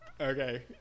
Okay